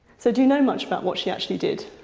so do you know much about what she actually did?